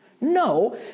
No